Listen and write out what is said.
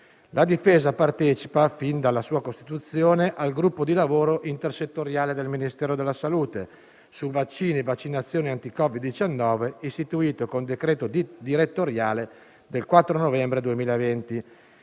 La Difesa partecipa, fin dalla sua costituzione, al gruppo di lavoro intersettoriale del Ministero della salute sui vaccini e vaccinazioni anti Covid-19, istituito con decreto direttoriale del 4 novembre 2020,